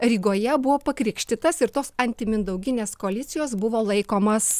rygoje buvo pakrikštytas ir tos antimindauginės koalicijos buvo laikomas